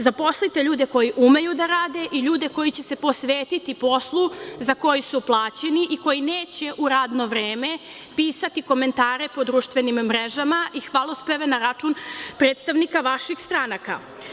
Zaposlite ljude koji umeju da rade i ljude koji će se posvetiti poslu za koji su plaćeni i koji neće u radno vreme pisati komentare po društvenim mrežama i hvalospeve na račun predstavnika vaših stranaka.